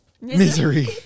Misery